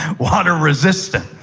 water resistant,